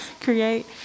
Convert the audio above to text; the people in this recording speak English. create